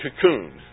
cocoon